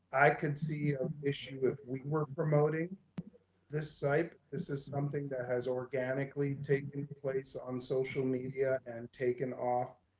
i could see an issue with we weren't promoting this site. this is something that has organically taken place on social media and taken off